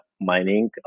mining